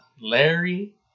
Larry